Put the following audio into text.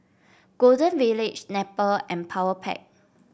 Golden Village Snapple and Powerpac